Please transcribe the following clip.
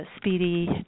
speedy